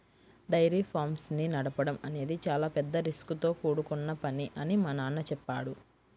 dairy farms ని నడపడం అనేది చాలా పెద్ద రిస్కుతో కూడుకొన్న పని అని మా నాన్న చెప్పాడు